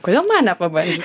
kodėl man nepabandžius